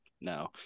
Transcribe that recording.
no